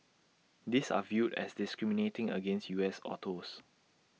these are viewed as discriminating against U S autos